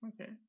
Okay